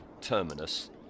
Terminus